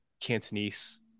cantonese